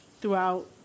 throughout